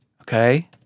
okay